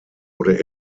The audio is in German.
wurde